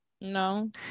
No